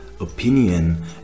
opinion